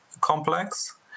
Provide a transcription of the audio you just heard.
complex